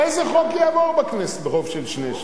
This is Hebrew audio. איזה חוק יעבור בכנסת ברוב של שני-שלישים?